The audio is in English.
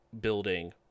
building